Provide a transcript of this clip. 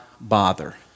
bother